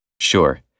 Sure